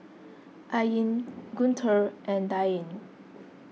Ain Guntur and Dian